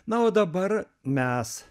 na o dabar mes